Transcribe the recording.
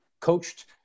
coached